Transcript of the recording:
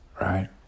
right